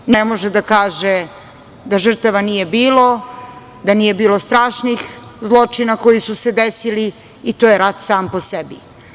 Niko ne može da kaže da žrtava nije bilo, da nije bilo strašnih zločina koji su se desili i to je rat sam po sebi.